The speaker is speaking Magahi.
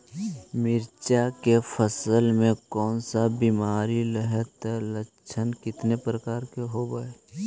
मीरचा के फसल मे कोन सा बीमारी लगहय, अती लक्षण कितने प्रकार के होब?